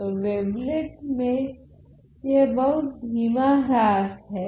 तो वेवलेट में यह बहुत धीमा ह्रास हैं